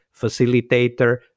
facilitator